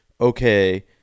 okay